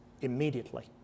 immediately